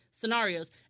Scenarios